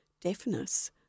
deafness